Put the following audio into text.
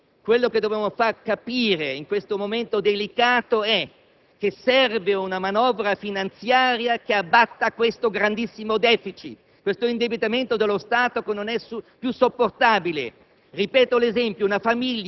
Il dramma di questa situazione è che tale aumento delle spese correnti non è servito né a rilanciare l'economia né tantomeno a migliorare il livello dei servizi erogati dalle pubbliche amministrazioni ai cittadini.